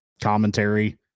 commentary